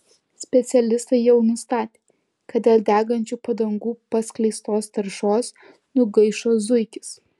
specialistai jau nustatė kad dėl degančių padangų paskleistos taršos nugaišo zuikis